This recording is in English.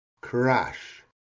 crash